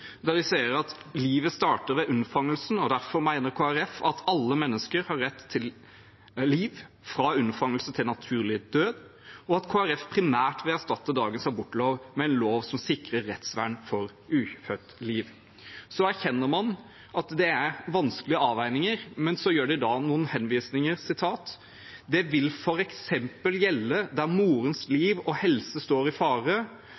de sier at livet starter ved unnfangelsen, og derfor mener Kristelig Folkeparti at alle mennesker har rett til liv «fra unnfangelse til naturlig død». Kristelig Folkeparti vil primært erstatte dagens abortlov «med en lov som sikrer rettsvern for det ufødte liv». Så erkjenner man at det er vanskelige avveininger, men så foretar de i dag noen henvisninger. Det vil f.eks. gjelde der morens liv og helse står i fare